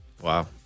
Wow